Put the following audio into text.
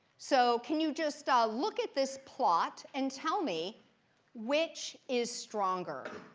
so can you just look at this plot and tell me which is stronger?